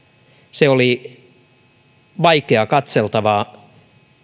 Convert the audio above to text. se oli vaikeaa katseltavaa